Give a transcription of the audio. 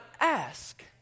ask